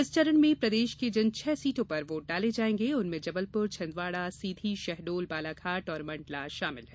इस चरण में प्रदेश की जिन सीटों पर वोट डाले जाएंगे उनमें जबलपुर छिंदवाड़ा सीधी शहडोल बालाघाट और मंडला शामिल हैं